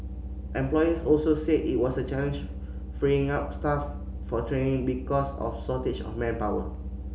employers also said it was a challenge freeing up staff for training because of shortage of manpower